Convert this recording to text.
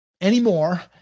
anymore